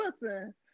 listen